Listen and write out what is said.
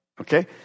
Okay